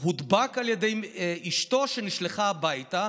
שהודבק על ידי אשתו שנשלחה הביתה.